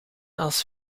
als